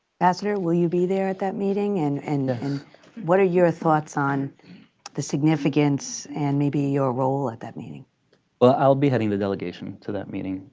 ambassador, will you be there at that meeting and and what are your thoughts on the significance and maybe your role at that meeting? sepulveda well i'll be heading the delegation to that meeting.